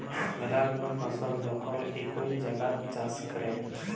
ম্যালা গুলা ফসল যখল ইকই জাগাত চাষ ক্যরে